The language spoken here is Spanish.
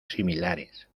similares